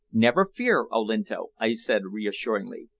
never fear, olinto, i said reassuringly.